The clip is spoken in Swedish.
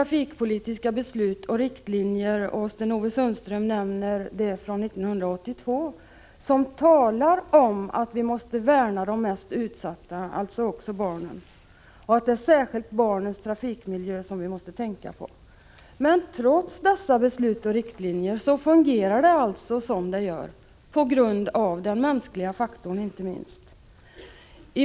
Sten-Ove Sundström nämnde de trafikpolitiska riktlinjerna från 1982, där det talas om att vi måste värna de mest utsatta, alltså även barnen, och att det är särskilt barnens trafikmiljö som vi måste tänka på. Men trots dessa beslut och riktlinjer fungerar det alltså som det gör — inte minst på grund av den mänskliga faktorn.